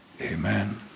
Amen